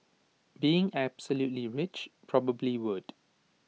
being absolutely rich probably would